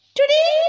Today